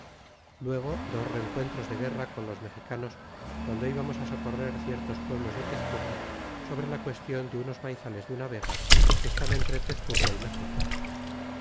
luego dos rencuentros de guerra con los mexicanos guando ibamos socorrer ciertos pueblos de tezcuco sobre la qüestion de unos maizales de una vega que estan entre tezcuco y méxico